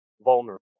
vulnerable